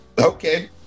Okay